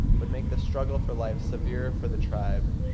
would make the struggle for life severer for the tribe.